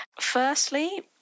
Firstly